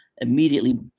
immediately